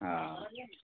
हँ